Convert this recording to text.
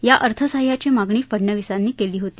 या अर्थसहाय्याची मागणी फडणवीसांनी केली होती